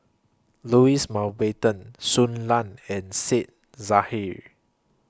Louis Mountbatten Shui Lan and Said Zahari